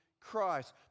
Christ